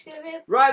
Right